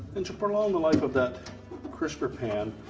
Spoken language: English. and to prolong the life of that crisper pan,